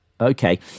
Okay